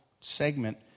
segment